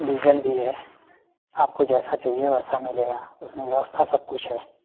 diesel भी है आपको जैसा चाहिए वैसा मिलेगा उसमें व्यवस्था सब कुछ है